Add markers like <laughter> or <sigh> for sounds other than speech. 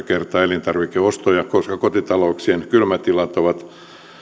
<unintelligible> kertaa elintarvikeostoja koska kotitalouksien kylmätilat ovat